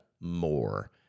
more